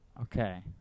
Okay